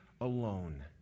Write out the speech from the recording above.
alone